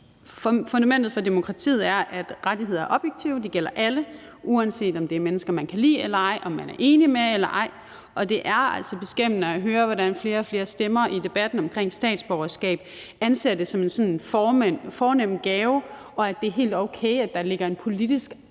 Fundamentet for demokratiet er, at rettigheder er objektive, de gælder alle, uanset om det er mennesker, man kan lide eller ej, om man er enig med dem eller ej, og det er altså beskæmmende at høre, hvordan flere og flere stemmer i debatten omkring statsborgerskab anser det som en fornem gave og mener, at det er helt okay, at der ligger en politisk